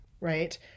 right